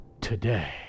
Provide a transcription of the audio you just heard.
today